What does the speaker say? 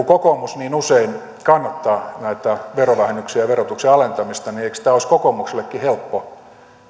kokoomus niin usein kannattaa näitä verovähennyksiä ja verotuksen alentamista niin eikös tämä olisi kokoomuksellekin helppo